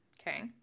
Okay